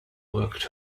worked